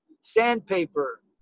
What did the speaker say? sandpaper